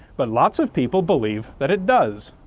but lots of people believe that it does.